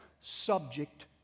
subject